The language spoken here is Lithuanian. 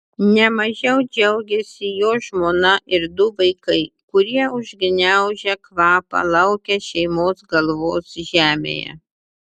ne mažiau džiaugėsi jo žmona ir du vaikai kurie užgniaužę kvapą laukė šeimos galvos žemėje